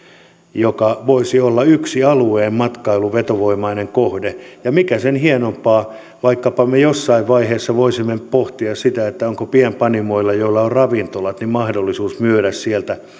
joka voisi olla yksi alueen matkailun vetovoimainen kohde ja mikä sen hienompaa vaikkapa jossain vaiheessa pohtia sitä onko pienpanimoilla joilla on ravintola mahdollisuus myydä sieltä